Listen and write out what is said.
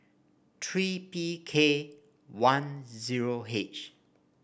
three P K one zero H